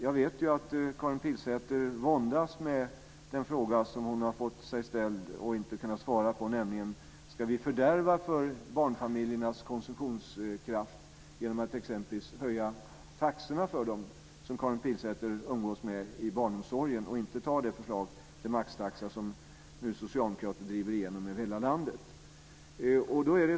Jag vet att Karin Pilsäter våndas med den fråga som hon har fått ställd till sig men inte har kunnat svara på, nämligen: Ska vi fördärva för barnfamiljernas konsumtionskraft genom att exempelvis höja taxorna för dem som Karin Pilsäter umgås med i barnomsorgen och inte anta det förslag till maxtaxa som socialdemokraterna nu driver igenom i hela landet?